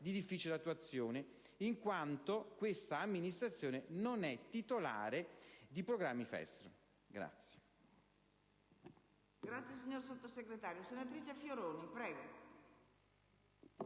di difficile attuazione in quanto questa Amministrazione non è titolare di programmi FESR.